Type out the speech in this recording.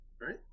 Right